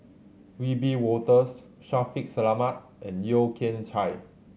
Wiebe Wolters Shaffiq Selamat and Yeo Kian Chai